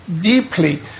deeply